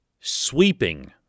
sweeping